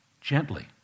gently